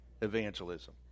evangelism